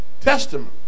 Testament